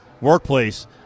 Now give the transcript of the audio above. workplace